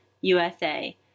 USA